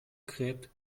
gräbt